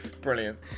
brilliant